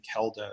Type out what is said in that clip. Kelda